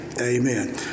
Amen